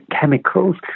chemicals